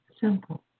simple